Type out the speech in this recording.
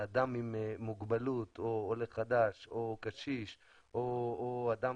אדם עם מוגבלות או עולה חדש או קשיש או אדם